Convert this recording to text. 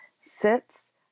sits